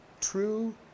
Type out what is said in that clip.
True